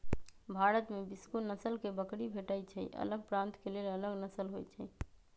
भारत में बीसगो नसल के बकरी भेटइ छइ अलग प्रान्त के लेल अलग नसल होइ छइ